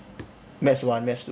math one math two